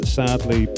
sadly